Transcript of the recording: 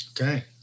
Okay